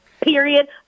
period